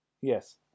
Yes